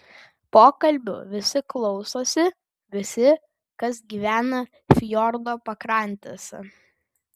pokalbių visi klausosi visi kas gyvena fjordo pakrantėse